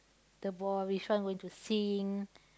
the ball which one going to sink